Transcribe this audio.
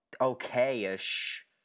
okay-ish